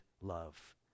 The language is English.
love